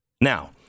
Now